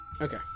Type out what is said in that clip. okay